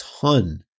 ton